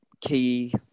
key